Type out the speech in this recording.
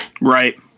right